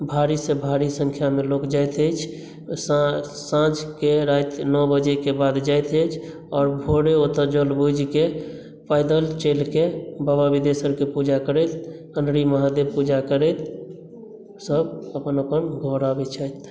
भारी सॅं भारी संख्या मे लोक जाइत अछि साँझ के राइत नओ बजे के बाद जाइत अछि आओर भोरे ओतय जल बोझि के पैदल चलि के बाबा बिदेश्वर के पूजा करैत अन्हरी महादेव पूजा करैत सब अपन अपन घर आबै छथि